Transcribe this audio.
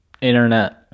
internet